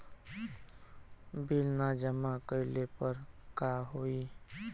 Bill न जमा कइले पर का होई?